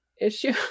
issue